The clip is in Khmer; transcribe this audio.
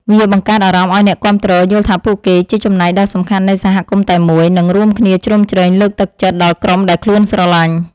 វាបង្កើតអារម្មណ៍ឱ្យអ្នកគាំទ្រយល់ថាពួកគេជាចំណែកដ៏សំខាន់នៃសហគមន៍តែមួយ និង រួមគ្នាជ្រោមជ្រែងលើកទឹកចិត្តដល់ក្រុមដែលខ្លួនស្រលាញ់។